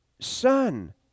Son